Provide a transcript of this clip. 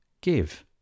give